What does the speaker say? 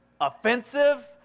offensive